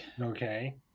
Okay